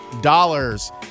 dollars